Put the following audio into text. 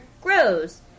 grows